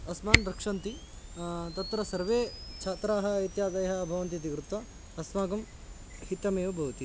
अस्मान् रक्षन्ति तत्र सर्वे छात्राः इत्यादयः भवन्ति इति कृत्वा अस्माकं हितमेव भवति